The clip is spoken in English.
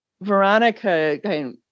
Veronica